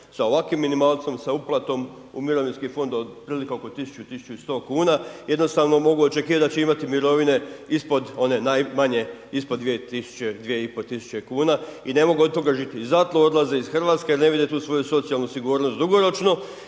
sa ovakvim minimalcom, sa uplatom u mirovinski fond od otprilike oko 1000, 1100 kuna, jednostavno mogu očekivati da će imati mirovine ispod one najmanje, ispod 2000, 2500 kuna i ne mogu od toga živjet, i zato odlaze iz Hrvatske, jer ne vide tu svoju socijalnu sigurnost dugoročno